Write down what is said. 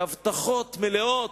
בהבטחות מלאות: